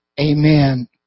Amen